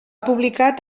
publicat